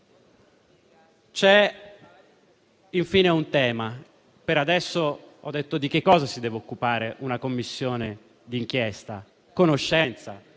C'è, infine, un tema. Per adesso ho detto di cosa si deve occupare una Commissione d'inchiesta: conoscenza,